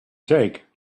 take